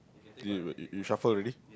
you you shuffle already